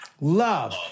love